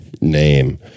name